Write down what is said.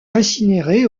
incinéré